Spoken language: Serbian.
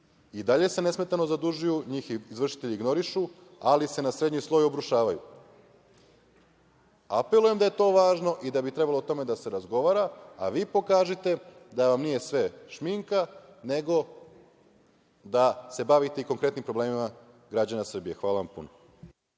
i dalje se nesmetano zadužuju, njih izvršitelji ignorišu, ali se na srednji sloj obrušavaju. Apelujem da je to važno i da bi trebalo o tome da se razgovara, a vi pokažite da vam nije sve šminka, nego da se bavite i konkretnim problemima građana Srbije. Hvala vam puno.